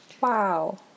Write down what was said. Wow